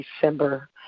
December